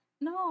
no